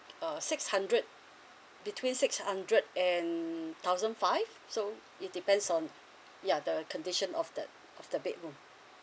uh six hundred between six hundred and thousand five so it depends on yeah the condition of that of the bedroom